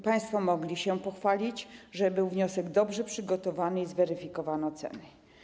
Państwo mogli się pochwalić, że wniosek był dobrze przygotowany i zweryfikowano cenę.